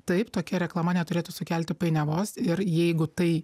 taip tokia reklama neturėtų sukelti painiavos ir jeigu tai